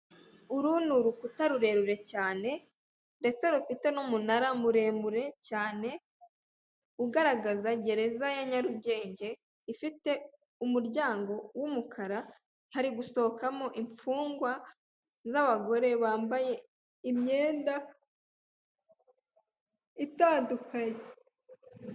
Uru ni urukuta rurerure cyane ndetse rufite n'umunara muremure cyane ugaragaza gereza ya Nyarugenge ifite umuryango w'umukara hari gusohokamo imfungwa z'abagore bambaye imyenda itandukanye.